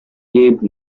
gave